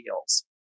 deals